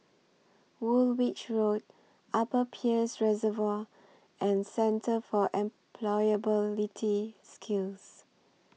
Woolwich Road Upper Peirce Reservoir and Centre For Employability Skills